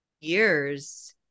years